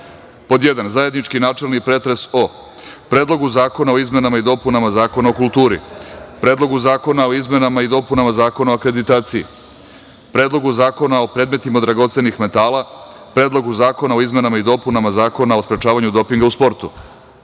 obavi:Zajednički načelni pretres o: Predlogu zakona o izmenama i dopunama zakona o kulturi, Predlogu zakona o izmenama i dopunama Zakona o akreditaciji, Predlogu zakona o predmetima dragocenih metala, Predlogu zakona o izmenama i dopunama Zakona o sprečavanju dopinga u